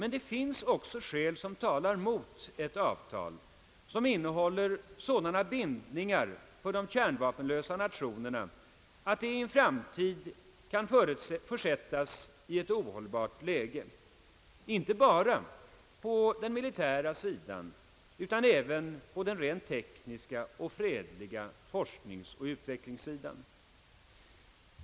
Men det finns: också skäl mot ett avtal som innehåller sådana bindningar för de kärnvapenlösa nationerna att de i en framtid kan försättas i ett, ohållbart läge, inte bara på den militära sidan utan även på den rent tekniska och fredliga forskningsoch utvecklingssidan.